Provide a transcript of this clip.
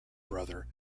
brother